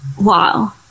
Wow